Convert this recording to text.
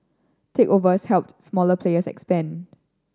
takeovers helped smaller players expand